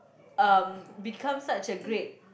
um become such a great